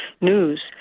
news